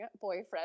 boyfriend